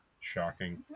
shocking